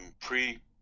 pre